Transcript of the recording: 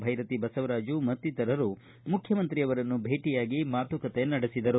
ಭೈರತಿ ಬಸವರಾಜು ಮತ್ತಿತರರು ಮುಖ್ಯಮಂತ್ರಿಯವರನ್ನು ಭೇಟಿಯಾಗಿ ಮಾತುಕತೆ ನಡೆಸಿದರು